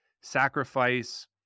sacrifice